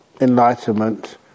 enlightenment